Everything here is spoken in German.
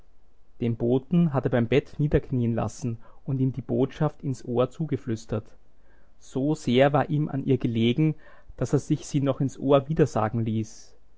den boten hat er beim bett niederknieen lassen und ihm die botschaft ins ohr zugeflüstert so sehr war ihm an ihr gelegen daß er sich sie noch ins ohr wiedersagen ließ